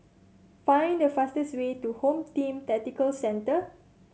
find the fastest way to Home Team Tactical Centre